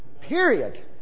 Period